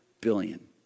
billion